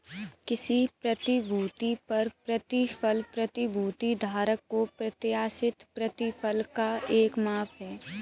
किसी प्रतिभूति पर प्रतिफल प्रतिभूति धारक को प्रत्याशित प्रतिफल का एक माप है